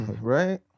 Right